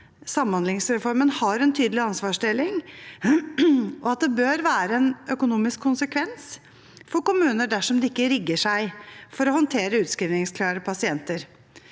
samhandlingsreformen har en tydelig ansvarsdeling, og at det bør være en økonomisk konsekvens for kommuner dersom de ikke rigger seg for å håndtere utskrivningsklare pasienter.